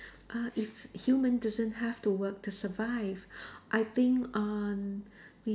uh if human doesn't have to work to survive I think uh we